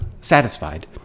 satisfied